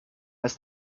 ist